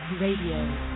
Radio